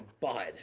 Bud